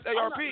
ARP